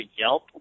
Yelp